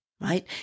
right